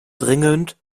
dringend